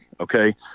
Okay